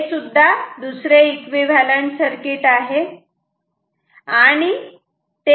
हे सुद्धा दुसरे एकविव्हॅलंट सर्किट आहे